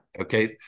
Okay